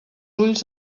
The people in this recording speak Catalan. ulls